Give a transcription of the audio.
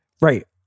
Right